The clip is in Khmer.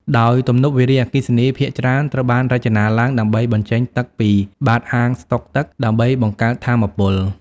ដោយទំនប់វារីអគ្គិសនីភាគច្រើនត្រូវបានរចនាឡើងដើម្បីបញ្ចេញទឹកពី បាតអាងស្តុកទឹក ដើម្បីបង្កើតថាមពល។